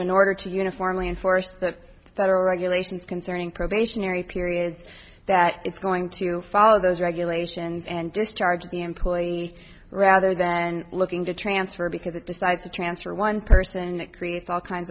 in order to uniformly enforce the federal regulations concerning probationary period that it's going to follow those regulations and discharge the employee rather than looking to transfer because it decides to transfer one person and it creates all kinds